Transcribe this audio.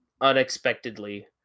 unexpectedly